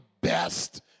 best